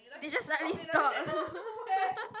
they just suddenly stop